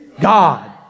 God